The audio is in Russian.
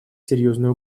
серьезную